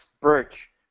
birch